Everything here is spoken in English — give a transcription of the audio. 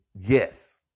yes